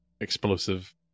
explosive